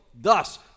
Thus